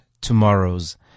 tomorrow's